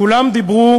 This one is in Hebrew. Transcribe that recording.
כולם דיברו